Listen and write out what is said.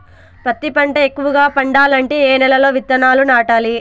పత్తి పంట ఎక్కువగా పండాలంటే ఏ నెల లో విత్తనాలు నాటాలి?